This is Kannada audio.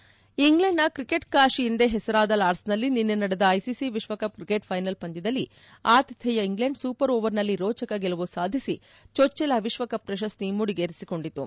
ಹೆಡ್ ಇಂಗ್ಲೆಂಡ್ನ ಕ್ರಿಕೆಟ್ ಕಾಶಿ ಎಂದೇ ಹೆಸರಾದ ಲಾರ್ಡ್ಸ್ನಲ್ಲಿ ನಿನ್ನೆ ನಡೆದ ಐಸಿಸಿ ವಿಶ್ವಕಪ್ ಕ್ರಿಕೆಟ್ ಫ್ಲೆನಲ್ ಪಂದ್ಲದಲ್ಲಿ ಆತಿಥೇಯ ಇಂಗ್ಲೆಂಡ್ ಸೂಪರ್ ಓವರ್ ನಲ್ಲಿ ರೋಚಕ ಗೆಲುವು ಸಾಧಿಸಿ ಚೊಚ್ಚಲ ವಿಶ್ವಕಪ್ ಪ್ರಶಸ್ತಿ ಮುಡಿಗೇರಿಸಿಕೊಂಡಿತು